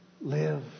live